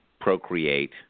procreate